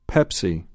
Pepsi